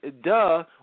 duh